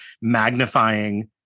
magnifying